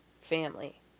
family